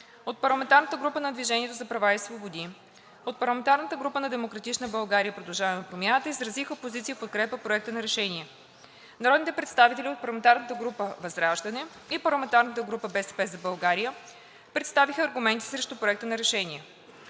от парламентарната група на „Движение за права и свободи“ и от парламентарната група на „Демократична България“ и „Продължаваме Промяната“ изразиха позиции в подкрепа на Проекта на решение. Народните представители от парламентарната група на ВЪЗРАЖДАНЕ и от парламентарната група на „БСП за България“ представиха аргументи срещу Проекта на решение.